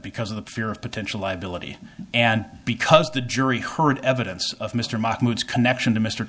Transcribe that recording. because of the fear of potential liability and because the jury heard evidence of mr mahmoud's connection to mr